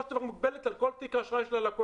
של דבר מוגבלת על כל תיק האשראי של הלקוח.